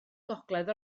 gogledd